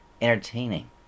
entertaining